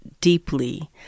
deeply